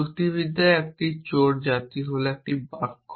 যুক্তিবিদ্যায় একটি চোর জাতি হল একটি বাক্য